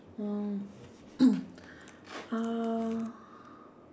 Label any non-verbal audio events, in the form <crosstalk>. oh <coughs> uh